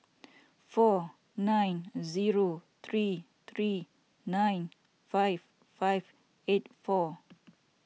four nine three three nine five five eight four